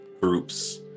groups